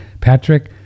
Patrick